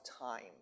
time